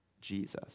Jesus